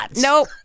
Nope